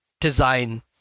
design